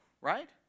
right